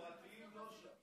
מסורתיים לא שם.